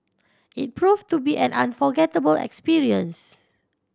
it proved to be an unforgettable experience